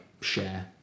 share